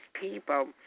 people